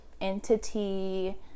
entity